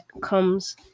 comes